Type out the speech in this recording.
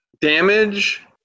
damage